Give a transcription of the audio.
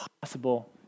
Possible